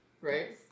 right